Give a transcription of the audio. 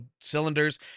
cylinders